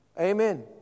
Amen